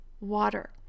water